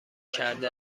کرده